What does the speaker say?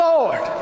Lord